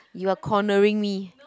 you are cornering me